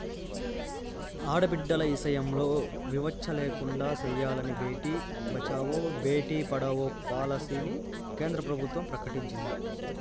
ఆడబిడ్డల ఇసయంల వివచ్చ లేకుండా సెయ్యాలని బేటి బచావో, బేటీ పడావో పాలసీని కేంద్ర ప్రభుత్వం ప్రకటించింది